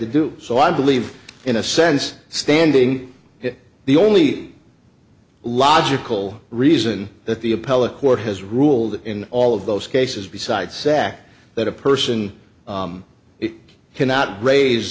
to do so i believe in a sense standing the only logical reason that the appellate court has ruled in all of those cases besides sac that a person cannot raise